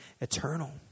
eternal